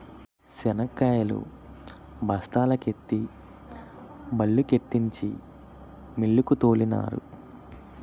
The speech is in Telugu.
శనక్కాయలు బస్తాల కెత్తి బల్లుకెత్తించి మిల్లుకు తోలినారు